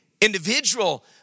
individual